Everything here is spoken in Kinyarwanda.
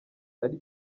ari